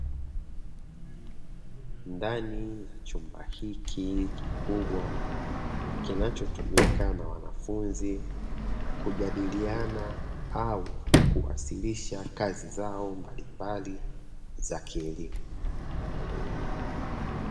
Ndani ya chumba hiki kikubwa, kinachotumika na wanafunzi kujadiliana au kuwasilisha kazi zao mbalimbali za kielimu.